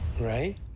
right